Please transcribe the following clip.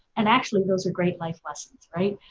and actually those great life lessons, right?